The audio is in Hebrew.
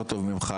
יותר טוב ממך,